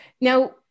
Now